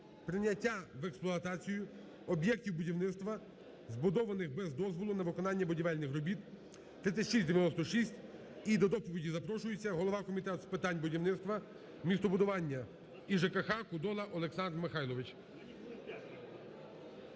прийняття в експлуатацію об'єктів будівництва, збудованих без дозволу на виконання будівельних робіт (3696). І до доповіді запрошується голова Комітету з питань будівництва, містобудування і ЖКХ Кодола Олександр Михайлович.